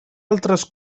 altres